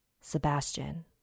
Sebastian